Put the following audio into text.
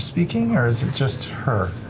speaking, or is it just her?